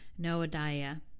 Noadiah